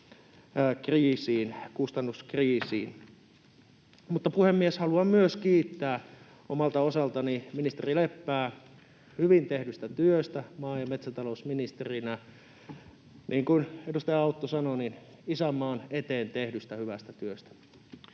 kustannuskriisiin. Puhemies! Haluan myös omalta osaltani kiittää ministeri Leppää hyvin tehdystä työstä maa- ja metsätalousministerinä — niin kuin edustaja Autto sanoi, isänmaan eteen tehdystä hyvästä työstä.